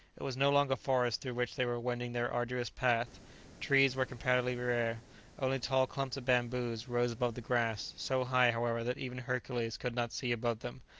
it was no longer forest through which they were wending their arduous path trees were comparatively rare only tall clumps of bamboos rose above the grass, so high, however, that even hercules could not see above them,